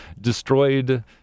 destroyed